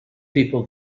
people